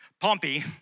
Pompey